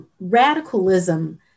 radicalism